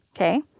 Okay